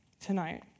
tonight